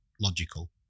logical